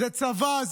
זה צבא,